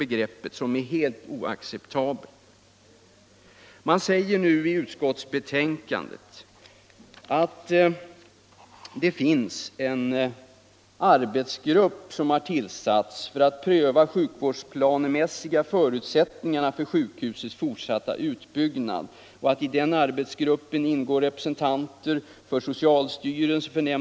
Det är en helt oacceptabel arbetsmiljö, för att använda det begreppet.